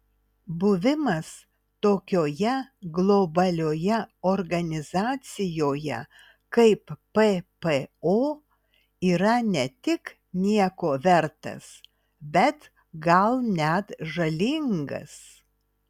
buvimas tokioje globalioje organizacijoje kaip ppo yra ne tik nieko vertas bet gal net žalingas